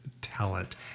talent